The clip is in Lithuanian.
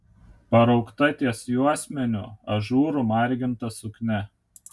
paraukta ties juosmeniu ažūru marginta suknia